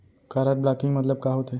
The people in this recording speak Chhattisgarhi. कारड ब्लॉकिंग मतलब का होथे?